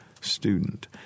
student